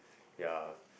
ya